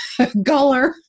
guller